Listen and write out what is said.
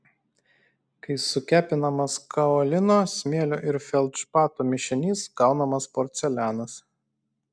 kai sukepinamas kaolino smėlio ir feldšpato mišinys gaunamas porcelianas